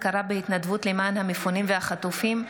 הכרה בהתנדבות למען המפונים והחטופים),